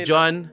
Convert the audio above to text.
John